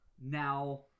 Now